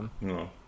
No